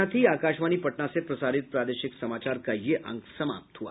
इसके साथ ही आकाशवाणी पटना से प्रसारित प्रादेशिक समाचार का ये अंक समाप्त हुआ